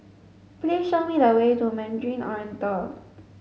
please show me the way to Mandarin Oriental